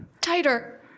tighter